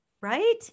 right